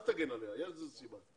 אל תגן עליה, יש לזה סיבה.